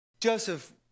Joseph